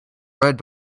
red